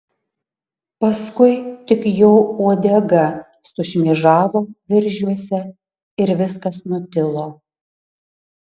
paskui tik jo uodega sušmėžavo viržiuose ir viskas nutilo